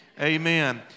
Amen